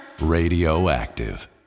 Radioactive